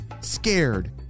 scared